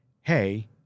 hey